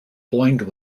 blind